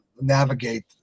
navigate